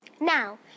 Now